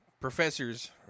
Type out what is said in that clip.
professors